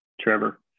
Trevor